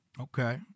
okay